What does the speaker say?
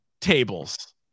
tables